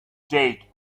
date